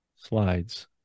Slides